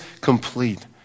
complete